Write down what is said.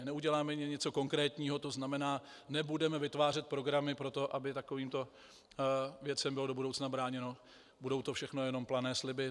Neudělámeli něco konkrétního, tzn. nebudemeli vytvářet programy pro to, aby takovýmto věcem bylo do budoucna bráněno, budou to všechno jenom plané sliby.